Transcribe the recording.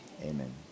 amen